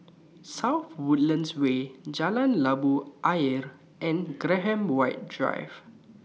South Woodlands Way Jalan Labu Ayer and Graham White Drive